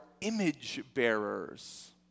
image-bearers